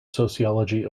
sociology